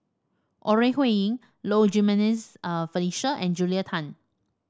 Ore Huiying Low Jimenez Felicia and Julia Tan